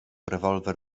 rewolwer